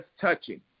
touching